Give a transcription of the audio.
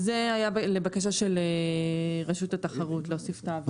זה היה לבקשה של רשות התחרות להוסיף את ההבהרה.